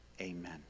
amen